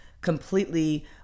completely